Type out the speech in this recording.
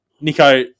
Nico